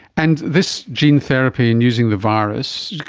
and this gene therapy and using the virus,